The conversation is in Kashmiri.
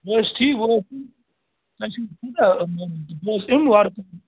بہٕ حظ چھُس ٹھیٖک بہٕ حظ یِم وار